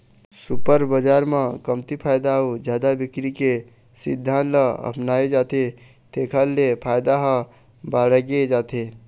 super बजार म कमती फायदा अउ जादा बिक्री के सिद्धांत ल अपनाए जाथे तेखर ले फायदा ह बाड़गे जाथे